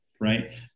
right